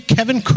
Kevin